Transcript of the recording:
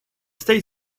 state